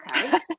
okay